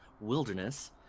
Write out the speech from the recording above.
Wilderness